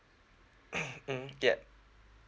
mm yup